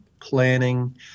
planning